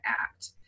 act